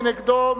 מי נגדו?